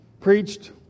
preached